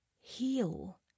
heal